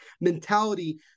mentality